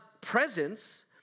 presence